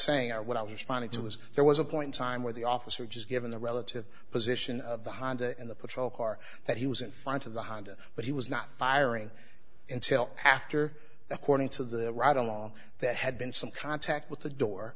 saying or what i was funny too was there was a point time where the officer just given the relative position of the honda in the patrol car that he was in front of the honda but he was not firing until after according to the right along that had been some contact with the door